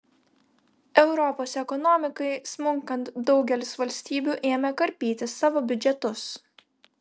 europos ekonomikai smunkant daugelis valstybių ėmė karpyti savo biudžetus